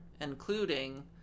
including